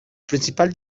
principal